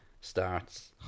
starts